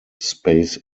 space